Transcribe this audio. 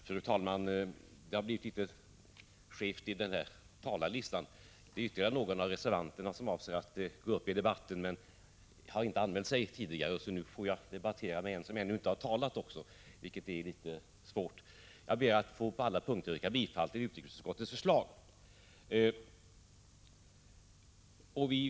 Fru talman! Det har blivit skevt i talarlistan. Det är ytterligare någon av reservanterna som inte har anmält sig tidigare men som avser att gå upp i debatten. Nu får jag debattera med en som ännu inte har talat, vilket är litet svårt. Jag ber att få yrka bifall till utrikesutskottets förslag på alla punkter.